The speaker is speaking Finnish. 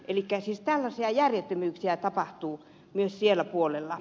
elikkä siis tällaisia järjettömyyksiä tapahtuu myös siellä puolella